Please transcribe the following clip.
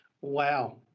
Wow